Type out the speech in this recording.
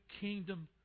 kingdom